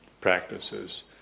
practices